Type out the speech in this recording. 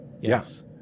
yes